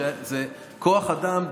שכוח אדם,